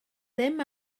ddim